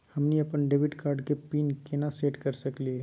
हमनी अपन debit card के पीन केना सेट कर सकली हे?